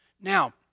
Now